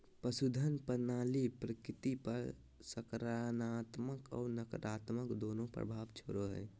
पशुधन प्रणाली प्रकृति पर सकारात्मक और नकारात्मक दोनों प्रभाव छोड़ो हइ